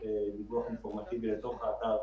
לגבי --- בוקר טוב.